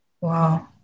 Wow